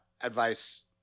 advice